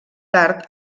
tard